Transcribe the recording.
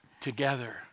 together